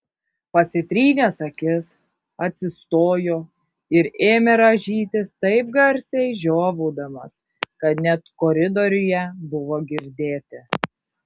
pasitrynęs akis atsistojo ir ėmė rąžytis taip garsiai žiovaudamas kad net koridoriuje buvo girdėti